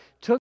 took